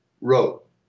wrote